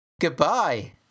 Goodbye